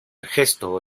gesto